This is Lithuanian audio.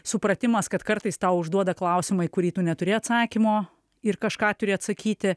supratimas kad kartais tau užduoda klausimą į kurį tu neturi atsakymo ir kažką turi atsakyti